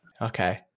okay